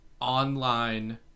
online